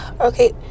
okay